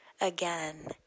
again